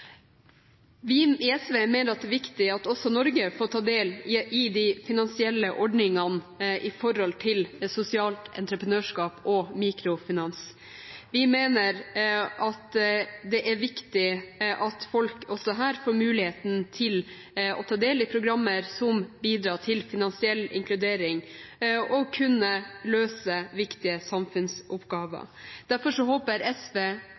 Vi i SV mener det er viktig at også Norge får ta del i de finansielle ordningene når det gjelder sosialt entreprenørskap og mikrofinans. Vi mener det er viktig at folk også her får muligheten til å ta del i programmer som bidrar til finansiell inkludering, og kunne løse viktige samfunnsoppgaver. Derfor håper SV